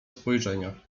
spojrzenia